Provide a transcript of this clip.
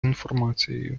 інформацією